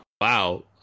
Wow